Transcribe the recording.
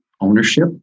ownership